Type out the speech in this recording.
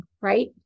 right